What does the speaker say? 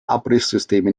abrisssysteme